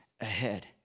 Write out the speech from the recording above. ahead